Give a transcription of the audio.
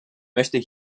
möchte